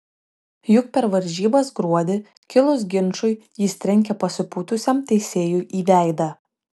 juk per varžybas gruodį kilus ginčui jis trenkė pasipūtusiam teisėjui į veidą